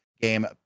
game